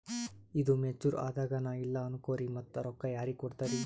ಈದು ಮೆಚುರ್ ಅದಾಗ ನಾ ಇಲ್ಲ ಅನಕೊರಿ ಮತ್ತ ರೊಕ್ಕ ಯಾರಿಗ ಕೊಡತಿರಿ?